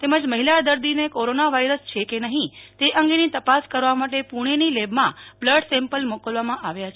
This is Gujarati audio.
તેમજ મહિલા દર્દીને કોરોના વાઈરસ છે કે નહીં તે અંગેની તપાસ કરવા માટે પૂજ઼ોની લેબમાં બ્લડ સેમ્પલ મોકલવામાં આવ્યા છે